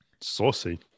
saucy